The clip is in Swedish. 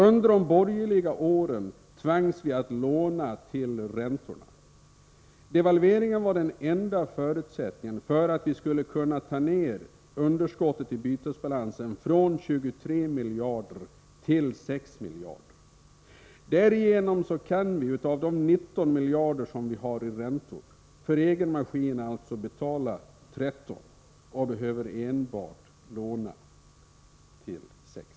Under de borgerliga åren tvangs vi att låna till räntorna. Devalveringen var den enda förutsättningen för att vi skulle kunna ta ner underskottet i bytesbalansen från 23 miljarder till 6 miljarder. Därigenom kan vi för egen maskin betala 13 av de 19 miljarder som vi har i räntor och behöver enbart låna till 6.